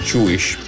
Jewish